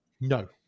No